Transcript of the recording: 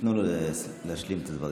תנו לו להשלים את הדברים.